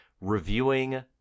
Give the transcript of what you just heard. reviewing